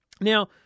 now